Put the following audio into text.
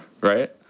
right